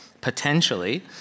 Potentially